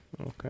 Okay